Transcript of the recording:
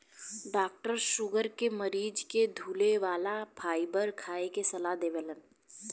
doctor sugar के मरीज के धुले वाला फाइबर खाए के सलाह देवेलन